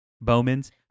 Bowman's